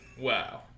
Wow